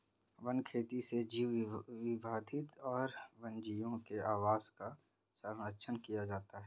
one खेती से जैव विविधता और वन्यजीवों के आवास का सरंक्षण किया जाता है